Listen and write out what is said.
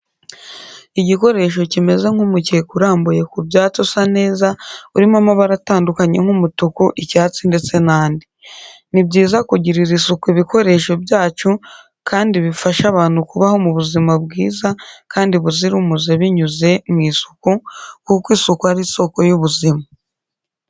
Igikoresho kimeze nk'umukeka urambuye ku byatsi usa neza urimo amabara atandukanye nk'umutuku, icyatsi ndetse n'andi. Ni byiza kugirira isuku ibikoresho byacu kandi bifasha abantu kubaho mu buzima bwiza kandi buzira umuze binyuze mu isuku kuko isuku ari isoko y'ubuzima.